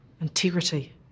integrity